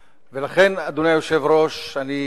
לכן, אדוני היושב-ראש, אני